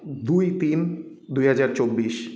দুই তিন দুই হাজার চব্বিশ